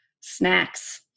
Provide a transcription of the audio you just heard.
Snacks